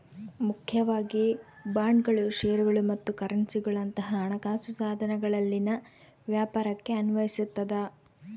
ಮುಖ್ಯವಾಗಿ ಬಾಂಡ್ಗಳು ಷೇರುಗಳು ಮತ್ತು ಕರೆನ್ಸಿಗುಳಂತ ಹಣಕಾಸು ಸಾಧನಗಳಲ್ಲಿನ ವ್ಯಾಪಾರಕ್ಕೆ ಅನ್ವಯಿಸತದ